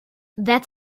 that